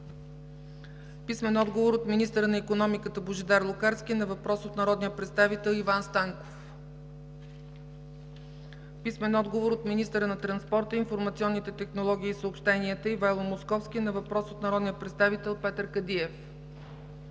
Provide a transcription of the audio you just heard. Кадиев; - министъра на икономиката Божидар Лукарски на въпрос от народния представител Иван Станков; - министъра на транспорта, информационните технологии и съобщенията Ивайло Московски на въпрос от народния представител Петър Кадиев;